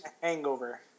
hangover